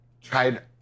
tried